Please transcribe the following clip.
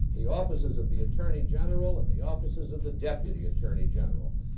the offices of the attorney general, and the offices of the deputy attorney general.